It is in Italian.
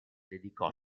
dedicò